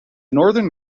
northern